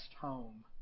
home